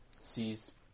sees